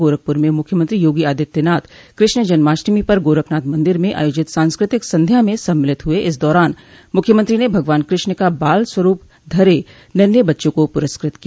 गोरखपुर में मुख्यमंत्री योगी आदित्यनाथ कृष्ण जन्माष्टमी पर गोरखनाथ मन्दिर में आयोजित सांस्कृतिक संध्या में सम्मिलित हुए इस दौरान मुख्यमंत्री ने भगवान कृष्ण का बाल स्वरूप धर्र नन्हे बच्चों को प्रस्कृत किया